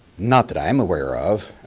not that i'm aware of.